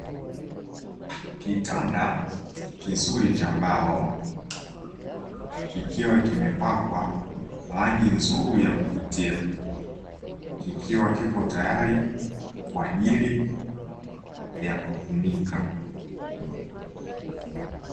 Kitanda kizuri cha mbao kikiwa kimepakwa rangi nzuri yakuvutia, kikiwa kipo tayari kwajili ya kutumika.